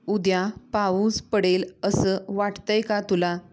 उद्या पाऊस पडेल असं वाटत आहे का तुला